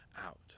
out